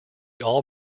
all